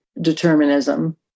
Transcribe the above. determinism